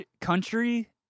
country